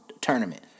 tournament